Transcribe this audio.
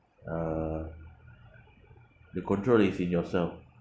uh the control is in yourself